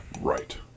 Right